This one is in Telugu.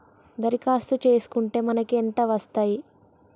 దరఖాస్తు చేస్కుంటే మనకి ఎంత వస్తాయి?